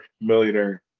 millionaire